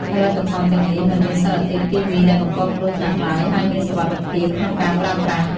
ផលិតផលទាំងនេះមិនមានសារធាតុគីមីដែលបង្កគ្រោះថ្នាក់ឡើយ ហើយមានសុវត្ថិភាពក្នុងការប្រើប្រាស់។